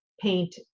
paint